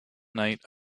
night